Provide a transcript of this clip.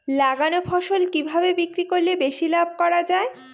লাগানো ফসল কিভাবে বিক্রি করলে বেশি লাভ করা যায়?